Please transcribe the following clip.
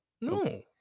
No